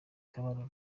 kabarore